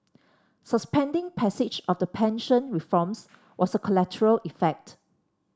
suspending passage of the pension reforms was a collateral effect